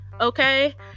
okay